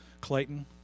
Clayton